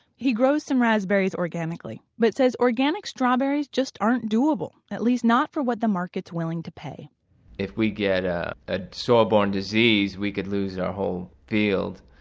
he grows some raspberries organically, but says organic strawberries just aren't doable, at least not for what the market's willing to pay if we get a ah soil-born disease, we could lose our whole field,